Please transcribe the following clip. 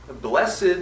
blessed